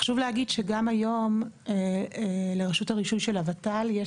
חשוב להגיד שגם היום לרשות הרישוי של הוות"ל יש